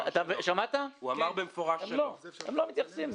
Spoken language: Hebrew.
הוא אמר שהם לא מתייחסים.